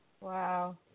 Wow